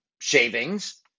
shavings